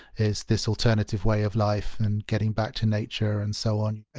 is this alternative way of life and getting back to nature and so on.